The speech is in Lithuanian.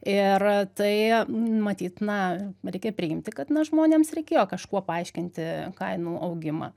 ir a tai matyt na reikia priimti kad na žmonėms reikėjo kažkuo paaiškinti kainų augimą